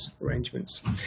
arrangements